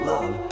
Love